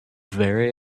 very